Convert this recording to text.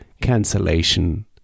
cancellation